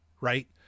right